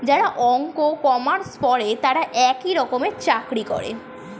যারা অঙ্ক, কমার্স পরে তারা এই রকমের চাকরি করে